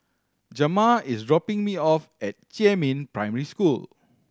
Jamar is dropping me off at Jiemin Primary School